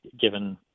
given